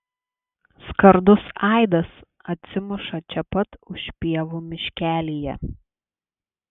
skardus aidas atsimuša čia pat už pievų miškelyje